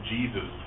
Jesus